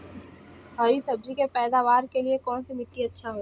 हरी सब्जी के पैदावार के लिए कौन सी मिट्टी अच्छा होखेला?